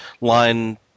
line